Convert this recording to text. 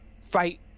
fight